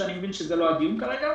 שאני מבין שזה לא הדיון כרגע.